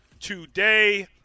today